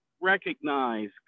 recognize